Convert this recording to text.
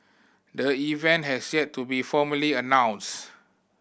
the event has yet to be formally announced